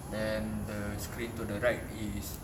then the screen to the right is